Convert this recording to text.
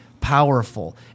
powerful